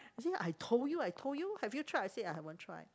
ah see I told you I told you have you tried I say I haven't try